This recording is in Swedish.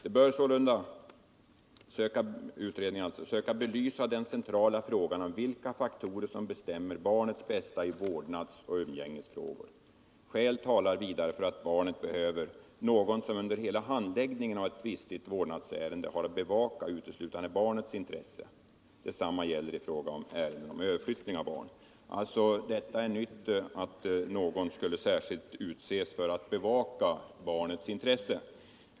Den bör sålunda söka belysa den centrala frågan om vilka faktorer som bestämmer barnets bästa i vårdnadsoch umgängesfrågor. Skäl talar vidare för att barnet behöver någon som under hela handläggningen av ett tvistigt vårdnadsärende har att bevaka uteslutande barnets intresse. Detsamma gäller i fråga om ärende om överflyttning av barn.” Att någon skulle särskilt utses för att bevaka barnets intresse är något nytt.